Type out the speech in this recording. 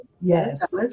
Yes